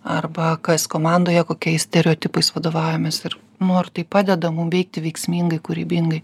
arba kas komandoje kokiais stereotipais vadovaujamės ir nu ar tai padeda mum veikti veiksmingai kūrybingai